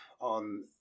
on